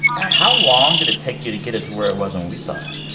how long did it take you to get it to where it was when we saw it?